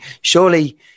Surely